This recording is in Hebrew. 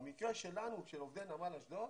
במקרה שלנו, של עובדי נמל אשדוד,